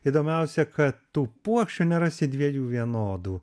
įdomiausia kad tų puokščių nerasi dviejų vienodų